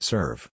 Serve